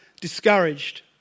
discouraged